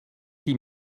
die